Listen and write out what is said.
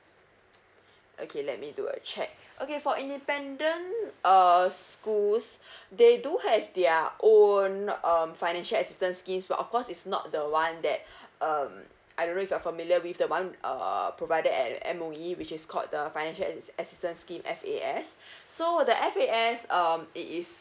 okay let me do a check okay for independent err schools they do have their own um financial assistance schemes but of course is not the one that um I don't know if you're familiar with the one err provided at M_O_E which is called the financial assist assistance scheme F_A_S so the F_A_S um it is